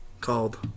called